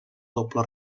doble